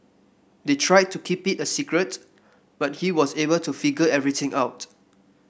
they tried to keep it a secret but he was able to figure everything out